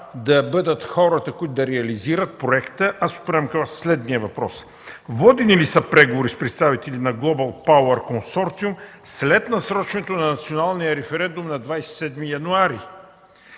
да бъдат хората, които да реализират проекта, аз отправям към Вас следния въпрос: водени ли са преговори с представители на „Глобал пауър консорциум” след насрочването на националния референдум на 27 януари?